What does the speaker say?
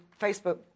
Facebook